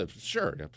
sure